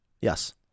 Yes